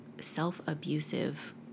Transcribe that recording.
self-abusive